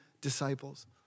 disciples